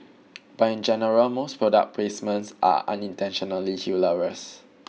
but in general most product placements are unintentionally hilarious